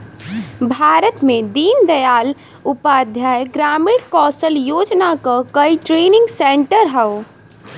भारत में दीन दयाल उपाध्याय ग्रामीण कौशल योजना क कई ट्रेनिंग सेन्टर हौ